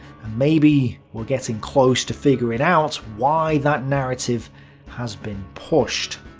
maybe we're getting close to figuring out why that narrative has been pushed.